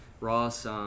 Ross